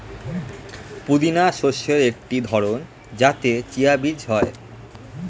পুদিনা শস্যের একটি ধরন যাতে চিয়া বীজ হয়